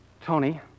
Tony